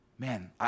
Man